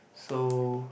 so